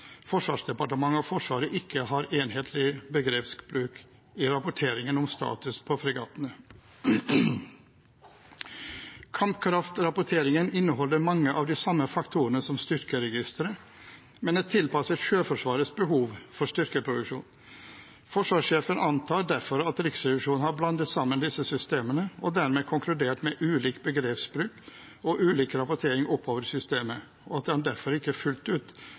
Forsvarsdepartementet og Forsvaret ikke har enhetlig begrepsbruk i rapporteringen om status på fregattene. Kampkraftrapporteringen inneholder mange av de samme faktorene som styrkeregisteret, men er tilpasset Sjøforsvarets behov for styrkeproduksjon. Forsvarssjefen antar derfor at Riksrevisjonen har blandet sammen disse systemene, og dermed har konkludert med ulik begrepsbruk og ulik rapportering oppover i systemet, og at han derfor ikke fullt ut